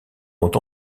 m’ont